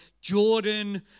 Jordan